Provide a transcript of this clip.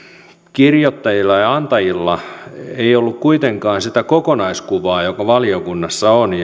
kirjoittajilla ja antajilla ei ollut kuitenkaan sitä kokonaiskuvaa joka valiokunnassa on